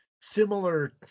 similar